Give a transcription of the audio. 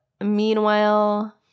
meanwhile